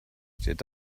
steht